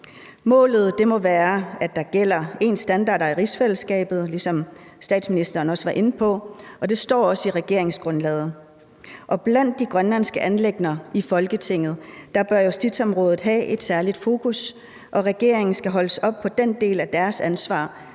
Målet må være, at der gælder ens standarder i rigsfællesskabet, ligesom statsministeren også var inde på, og det står også i regeringsgrundlaget. Og blandt de grønlandske anliggender i Folketinget bør justitsområdet have et særligt fokus, og regeringen skal holdes op på den del af deres ansvar,